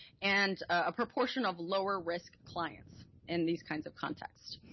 and a proportion of lower-risk clients in these kinds of contexts.